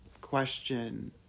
question